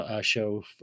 show